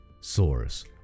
source